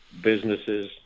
businesses